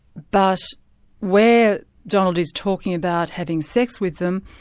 but where donald is talking about having sex with them,